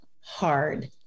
hard